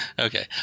Okay